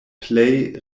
plej